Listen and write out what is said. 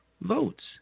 votes